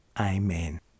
Amen